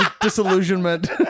disillusionment